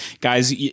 guys